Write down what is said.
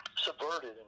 subverted